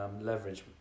leverage